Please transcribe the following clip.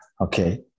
Okay